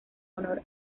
honor